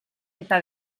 eta